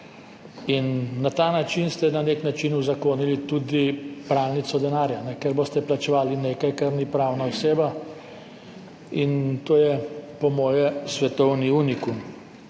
in na ta način ste na nek način uzakonili tudi pralnico denarja, ker boste plačevali nekaj, kar ni pravna oseba in to je po moje svetovni unikum.